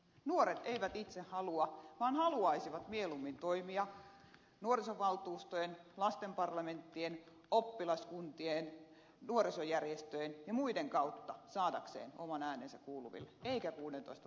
nuoret eivät itse halua vaan haluaisivat mieluummin toimia nuorisovaltuustojen lasten parlamenttien oppilaskuntien nuorisojärjestöjen ja muiden kautta saadakseen oman äänensä kuuluville eikä kuudentoista